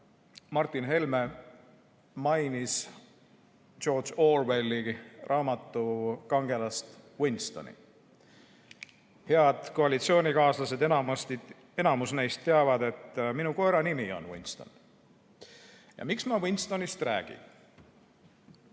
Martin Helme mainis George Orwelli raamatu kangelast Winstonit. Head koalitsioonikaaslased enamasti teavad, enamus neist teab, et minu koera nimi on Winston. Ja miks ma Winstonist räägin?